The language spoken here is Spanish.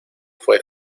fue